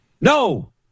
No